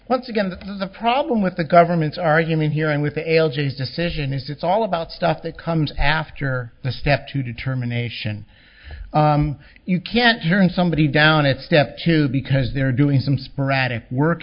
once again the problem with the government's argument here and with ailes is decision is it's all about stuff that comes after the step two determination you can't turn somebody down it's step two because they're doing some sporadic work